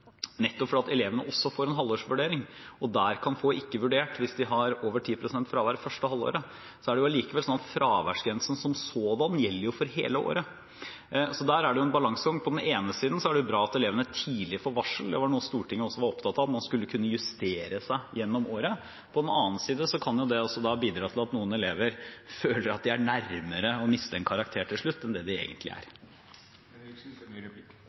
nettopp fordi elevene også får en halvårsvurdering og der kan få ikke vurdert hvis de har over 10 pst. fravær det første halvåret, er det slik at fraværsgrensen som sådan gjelder for hele året. Så der er det en balanse. På den ene siden er det bra at elevene tidlig får varsel. Det var noe Stortinget var opptatt av – man skulle kunne justere seg i løpet av året. På den annen side kan det også bidra til at noen elever føler at de er nærmere å miste en karakter enn det de egentlig er. Mitt neste spørsmål handler egentlig om de små fagene, men bare for å klargjøre forrige spørsmål for statsråden: På enkelte skoler er det